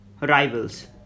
rivals